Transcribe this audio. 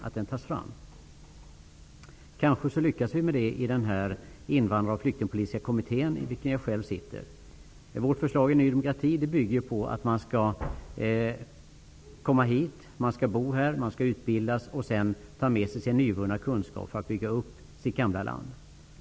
Vi kanske kommer att lyckas med det i den invandrar och flyktingpolitiska kommittén, i vilken jag själv sitter. Vårt förslag i Ny demokrati bygger på att man skall komma hit, bo här och utbildas. Sedan skall man ta med sig sin nyvunna kunskap för att bygga upp sitt gamla land.